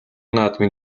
наадмын